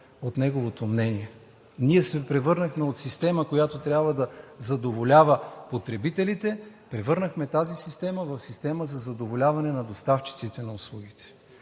от неговото мнение. Ние се превърнахме от система, която трябва да задоволява потребителите, превърнахме тази система в система за задоволяване на доставчиците на услугите.